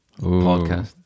Podcast